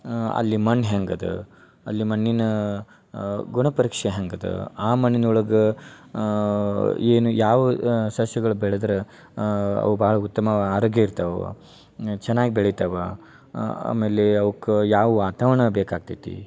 ಅಲ್ಲಿ ಮಣ್ಣು ಹೆಂಗೆ ಅದ ಅಲ್ಲಿ ಮಣ್ಣಿನ ಗುಣ ಪರೀಕ್ಷೆ ಹೆಂಗೆ ಅದ ಆ ಮಣ್ಣಿನ ಒಳಗೆ ಏನು ಯಾವ ಸಸ್ಯಗಳು ಬೆಳದ್ರ ಅವು ಭಾಳ ಉತ್ತಮವ ಅರೋಗ್ಯ ಇರ್ತವು ಚೆನ್ನಾಗಿ ಬೆಳಿತವ ಆಮೇಲೆ ಅವ್ಕ ಯಾವ ವಾತಾವರಣ ಬೇಕಾಗ್ತೈತಿ